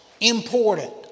important